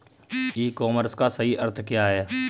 ई commerce का सही अर्थ क्या है?